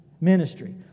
ministry